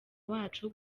wacu